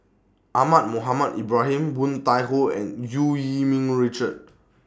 Ahmad Mohamed Ibrahim Woon Tai Ho and EU Yee Ming Richard